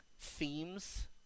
themes